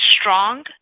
strong